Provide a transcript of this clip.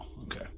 okay